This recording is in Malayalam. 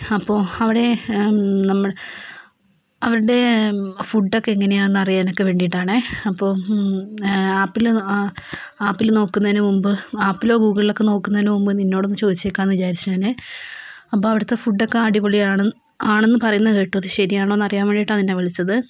അപ്പോൾ അവിടെ അവരുടെ ഫുഡ്ഡ് ഒക്കെ എങ്ങനെയാണ് അറിയാനൊക്കെ വേണ്ടിയിട്ടാണ് അപ്പം ആപ്പിൽ ആപ്പിൽ നോക്കുന്നതിനു മുമ്പ് ആപ്പിലോ ഗൂഗിളിലൊക്കെ നോക്കുന്നതിനു മുമ്പ് നിന്നോടൊന്നു ചോദിച്ചേക്കാമെന്ന് വിചാരിച്ചു ഞാൻ അപ്പോൾ അവിടുത്തെ ഫുഡ്ഡ് ഒക്കെ അടിപൊളി ആണെന്ന് പറയുന്ന കേട്ടു അത് ശരിയാണോയെന്ന് അറിയാൻ വേണ്ടിയിട്ടാണ് നിന്നെ വിളിച്ചത്